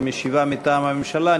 שמשיבה מטעם הממשלה,